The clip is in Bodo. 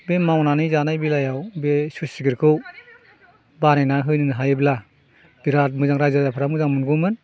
बे मावनानै जानाय बेलायाव बे स्लुइस गेटखौ बानायना होनो हायोब्ला बिराद मोजां रायजो राजाफ्रा मोजां मोनगौमोन